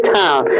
town